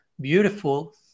beautiful